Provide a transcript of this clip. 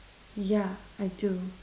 yeah I do